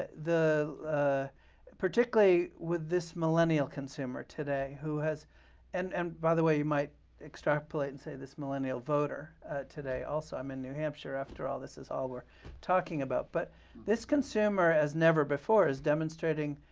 ah particularly with this millennial consumer today who has and and by the way, you might extrapolate and say this millennial voter today, also. i'm in new hampshire. after all, this is all we're talking about. but this consumer as never before is demonstrating